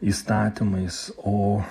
įstatymais o